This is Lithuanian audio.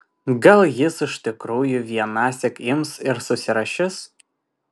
gal jis iš tikrųjų vienąsyk ims ir susirašys